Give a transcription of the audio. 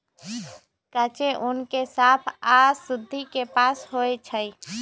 कांचे ऊन के साफ आऽ शुद्धि से पास होइ छइ